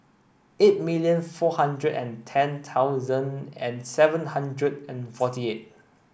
eight million four hundred and ten thousand and seven hundred and forty eight